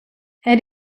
elle